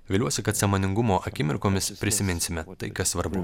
viliuosi kad sąmoningumo akimirkomis prisiminsime tai kas svarbu